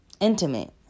intimate